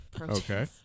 Okay